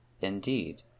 Indeed